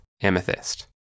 amethyst